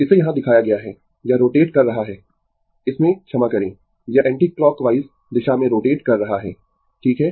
इसे यहाँ दिखाया गया है यह रोटेट कर रहा है इसमें क्षमा करें यह एंटीक्लॉकवाइज दिशा में रोटेट कर रहा है ठीक है